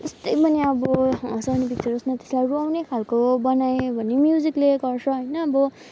जस्तै पनि अब हँसाउने पिक्चर होस् न त्यसलाई रुवाउने खालको बनायो भने म्युजिकले गर्छ होइन अब